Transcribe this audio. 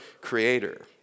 creator